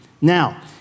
Now